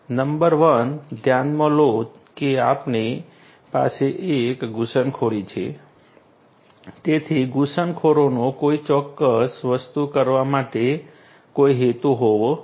number 1 ધ્યાનમાં લો કે આપણી પાસે એક ઘુસણખોર છે તેથી ઘુસણખોરનો કોઈ ચોક્કસ વસ્તુ કરવા માટે કોઈ હેતુ હોવો જોઈએ